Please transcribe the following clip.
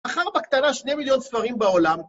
‫מכר בקטנה שני מיליון ספרים בעולם.